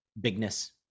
bigness